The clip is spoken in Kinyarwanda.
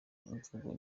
imvugo